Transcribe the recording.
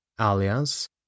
alias